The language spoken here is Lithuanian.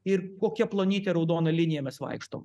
ir kokia plonyte raudona linija mes vaikštom